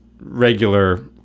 regular